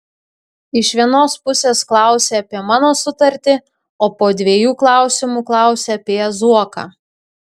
iš vienos pusės klausi apie mano sutartį o po dviejų klausimų klausi apie zuoką